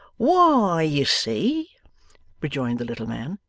why you see rejoined the little man,